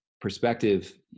perspective